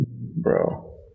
Bro